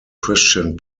christian